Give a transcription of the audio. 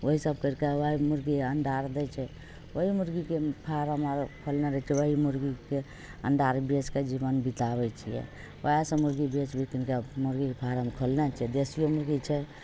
इहए सब करके मुर्गी आर अंडा आर दै छै ओएह मुर्गीके फारम हइ ओएह मुर्गीके अंडा आर बेचके जीबन बिताबैत छियै ओएह सब मुर्गी बेच बिकनिके मुर्गीके फारम खोलने छियै देशिओ मुर्गी छै